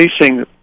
facing